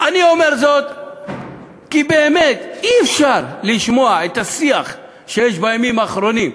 אני אומר זאת כי באמת אי-אפשר לשמוע את השיח הקיים בימים האחרונים,